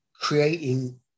creating